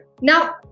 Now